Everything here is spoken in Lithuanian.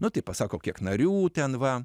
nu tai pasako kiek narių ten va